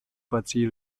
patří